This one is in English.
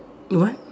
what